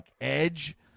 Edge